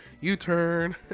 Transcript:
U-turn